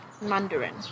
Mandarin